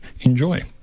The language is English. enjoy